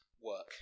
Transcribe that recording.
work